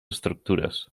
estructures